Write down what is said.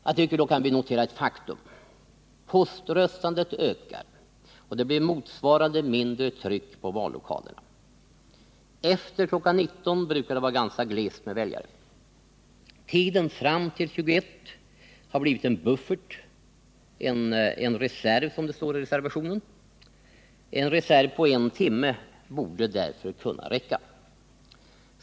Låt oss därför notera faktum: Poströstandet ökar och det blir motsvarande mindre tryck på vallokalerna. Efter kl. 19 brukar det vara ganska glest med väljare. Tiden fram till kl. 21 har blivit en buffert — en reserv, som det står i reservationen. En reserv på en timme borde därför kunna räcka.